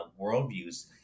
worldviews